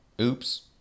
oops